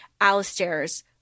Alistair's